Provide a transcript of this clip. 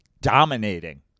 dominating